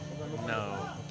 No